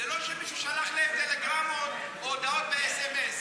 זה לא שמישהו שלח להם טלגרמות או הודעות בסמ"ס.